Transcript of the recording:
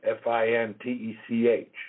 F-I-N-T-E-C-H